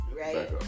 right